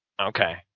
Okay